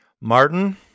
Martin